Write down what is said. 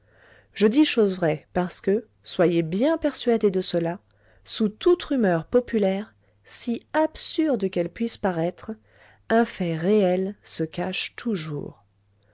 je dis choses vraies parce que soyez bien persuadés de cela sous toute rumeur populaire si absurde qu'elle puisse paraître un fait réel se cache toujours